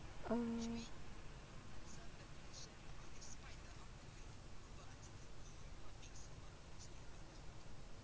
uh